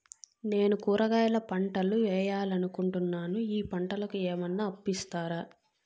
నేను కూరగాయల పంటలు వేయాలనుకుంటున్నాను, ఈ పంటలకు ఏమన్నా అప్పు ఇస్తారా?